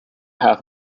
half